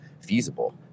feasible